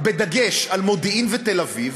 בדגש על מודיעין ותל-אביב,